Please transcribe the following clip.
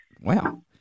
Wow